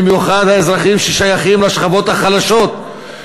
במיוחד האזרחים ששייכים לשכבות החלשות,